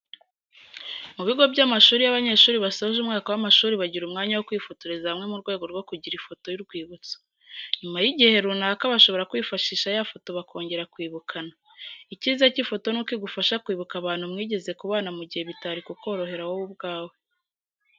Mu bigo by'amashuri iyo abanyeshuri basoje umwaka w'amashuri bagira umwanya wo kwifotoreza hamwe mu rwego rwo kugra ifoto y'urwibutso. Nyuma y'igihe runaka bashobora kwifashisha ya foto bakongera kwibukana. Icyiza cy'ifoto nuko igufasha kwibuka abantu mwigeze kubana mu gihe bitari kukorohera wowe ubwawe.